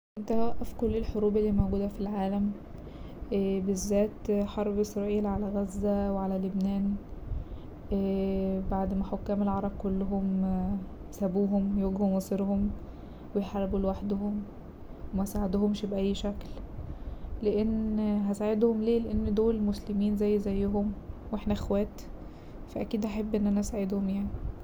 كنت هوقف كل الحروب اللي موجودة في العالم بالذات حرب اسرائيل على غزة وعلى لبنان بعد ما حكام العرب كلهم سابوهم يواجهوا مصيرهم ويحاربوا لوحدهم ومساعدهومش بأي شكل لأن هساعدهم ليه؟ لأن دول مسلمين زيي زيهم واحنا اخوات فا اكيد هحب اني اساعدهم يعني.